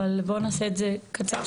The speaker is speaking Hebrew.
אבל בואו נעשה את זה קצר,